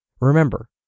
remember